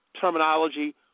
terminology